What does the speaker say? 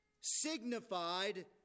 signified